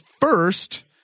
first